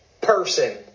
person